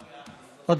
תודה רבה,